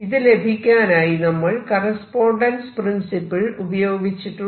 ഇത് ലഭിക്കാനായി നമ്മൾ കറസ്പോണ്ടൻസ് പ്രിൻസിപ്പിൾ ഉപയോഗിച്ചിട്ടുണ്ട്